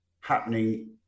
happening